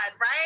right